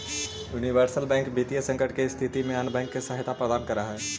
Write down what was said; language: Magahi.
यूनिवर्सल बैंक वित्तीय संकट के स्थिति में अन्य बैंक के सहायता प्रदान करऽ हइ